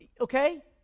Okay